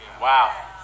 Wow